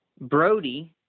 Brody